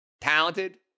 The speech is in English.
Talented